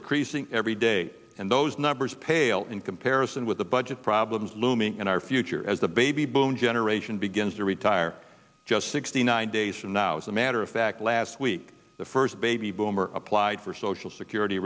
increasing every day and those numbers pale in comparison with the budget problems looming in our future as the baby boom generation begins to retire just sixty nine days from now as a matter of fact last week the first baby boomers applied for social security